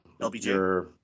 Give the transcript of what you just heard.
LBJ